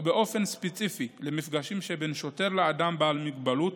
ובאופן ספציפי למפגשים שבין שוטר לאדם בעל מוגבלות,